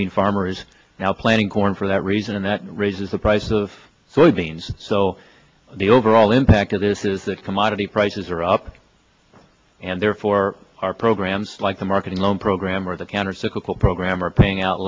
been farmers now planning corn for that reason and that raises the price of beans so overall impact of this is that commodity prices are up and therefore our programs like the marketing loan program or the countercyclical program are paying out